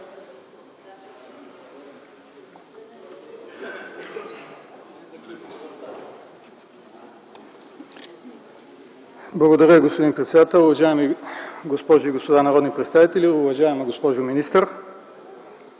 Благодаря Ви, господин председател. Уважаеми дами и господа народни представители, уважаеми господин